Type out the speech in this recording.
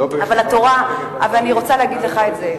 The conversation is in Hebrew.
אני רוצה להגיד לך את זה,